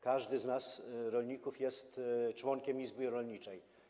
Każdy z nas, rolników, jest członkiem izby rolniczej.